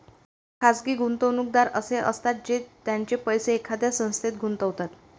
खाजगी गुंतवणूकदार असे असतात जे त्यांचे पैसे एखाद्या संस्थेत गुंतवतात